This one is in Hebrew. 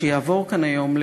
שיעבור כאן היום,